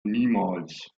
niemals